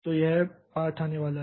तो यह पाठ आने वाला है